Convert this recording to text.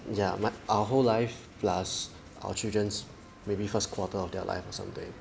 ya but our whole life plus our children's maybe first quarter of their life or something